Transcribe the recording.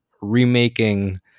remaking